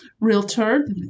realtor